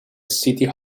city